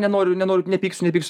nenoriu nenoriu nepyksiu nepyksiu